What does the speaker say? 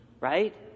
right